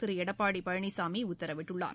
திரு எடப்பாடி பழனிசாமி உத்தரவிட்டுள்ளார்